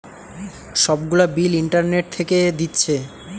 সব গুলা bill internet থিকে দিচ্ছে